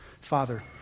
Father